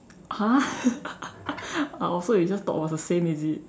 !huh! oh so you just thought it was the same is it